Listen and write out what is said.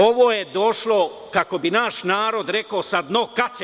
Ovo je došlo, kako bi naš narod rekao, sa dna kace.